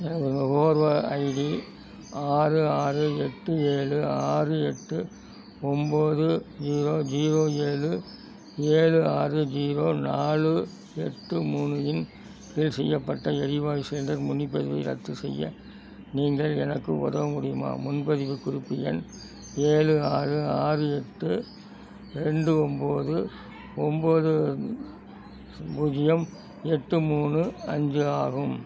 எனது நுகர்வோர் ஐடி ஆறு ஆறு எட்டு ஏழு ஆறு எட்டு ஒம்போது ஜீரோ ஜீரோ ஏழு ஏழு ஆறு ஜீரோ நாலு எட்டு மூணு இன் கீழ் செய்யப்பட்ட எரிவாயு சிலிண்டர் முன்பதிவை ரத்து செய்ய நீங்கள் எனக்கு உதவ முடியுமா முன்பதிவு குறிப்பு எண் ஏழு ஆறு ஆறு எட்டு ரெண்டு ஒம்போது ஒம்போது பூஜ்ஜியம் எட்டு மூணு அஞ்சு ஆகும்